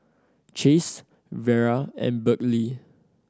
Chase Vera and Berkley